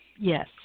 yes